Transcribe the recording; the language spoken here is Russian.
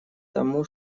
тому